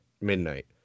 midnight